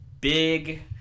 big